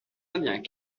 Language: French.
indiens